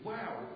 Wow